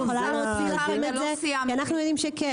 יש לכם את זה, כי אנחנו יודעים שכן.